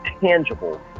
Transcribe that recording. tangible